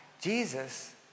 Jesus